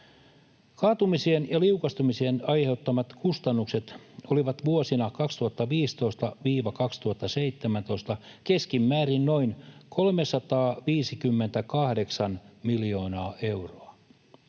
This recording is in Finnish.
Kaatumisien ja liukastumisien aiheuttamat kustannukset olivat vuosina 2015—2017 keskimäärin noin 358 miljoonaa euroa.